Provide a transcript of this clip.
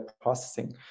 processing